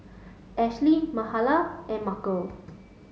Ashlie Mahala and Markel